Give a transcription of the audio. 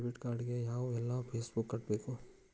debit card ಗೆ ಯಾವ್ಎಲ್ಲಾ fees ಕಟ್ಬೇಕು